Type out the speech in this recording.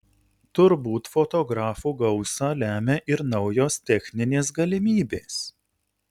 turbūt fotografų gausą lemia ir naujos techninės galimybės